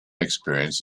experience